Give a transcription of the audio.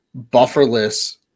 bufferless